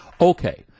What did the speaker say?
Okay